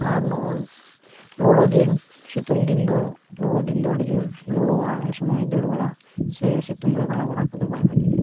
ᱟᱨ ᱱᱚᱜᱼᱚᱭ ᱞᱚᱞᱚ ᱫᱤᱱ ᱥᱤᱛᱩᱝ ᱫᱤᱱ ᱫᱚ ᱞᱚᱞᱚ ᱫᱤᱱ ᱫᱚ ᱟᱹᱰᱤ ᱡᱳᱨ ᱞᱚᱞᱚᱣᱟ ᱩᱱ ᱥᱚᱢᱚᱭ ᱫᱟᱹᱲ ᱵᱟᱲᱟ ᱥᱮ ᱥᱤᱛᱩᱝ ᱨᱮ ᱫᱟᱬᱟ ᱵᱟᱲᱟ ᱠᱚᱫᱚ ᱵᱟᱭ ᱵᱷᱟᱹᱜᱤᱭᱟ